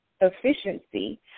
efficiency